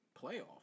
Playoff